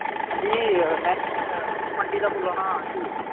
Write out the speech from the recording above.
हां जी में मंडी दा बोला ना आशू